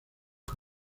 que